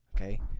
okay